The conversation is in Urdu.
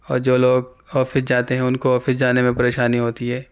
اور جو لوگ آفس جاتے ہیں ان کو آفس جانے میں پریشانی ہوتی ہے